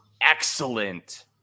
Excellent